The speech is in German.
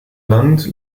land